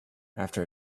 after